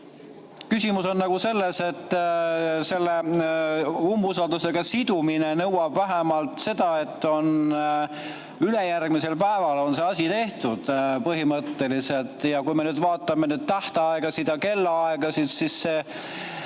küsimus on selles, et selle umbusaldusega sidumine nõuab vähemalt seda, et ülejärgmisel päeval on see asi tehtud põhimõtteliselt. Ja kui me nüüd vaatame tähtaegasid ja kellaaegasid,